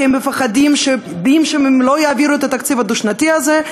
כי הם מפחדים שאם הם לא יעבירו את התקציב הדו-שנתי הזה,